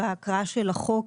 בהקראה של החוק,